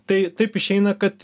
tai taip išeina kad